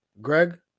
Greg